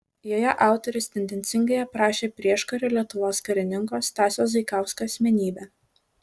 joje autorius tendencingai aprašė prieškario lietuvos karininko stasio zaikausko asmenybę